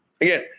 Again